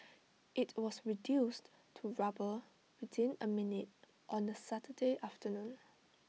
IT was reduced to rubble within A minute on A Saturday afternoon